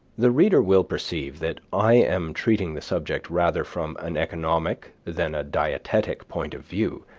the reader will perceive that i am treating the subject rather from an economic than a dietetic point of view,